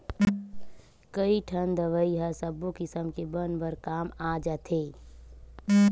कइठन दवई ह सब्बो किसम के बन बर काम आ जाथे